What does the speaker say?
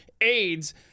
AIDS